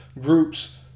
groups